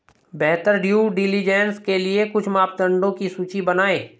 बेहतर due diligence के लिए कुछ मापदंडों की सूची बनाएं?